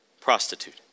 Prostitute